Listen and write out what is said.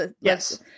yes